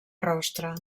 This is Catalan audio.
rostre